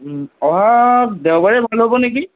অ' দেওবাৰে ভাল হ'ব নেকি